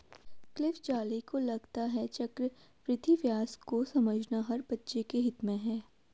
Cliff Zale को लगता है चक्रवृद्धि ब्याज को समझना हर बच्चे के हित में है